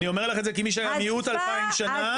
אני אומר לך את זה כמי שהיה מיעוט 2,000 שנה,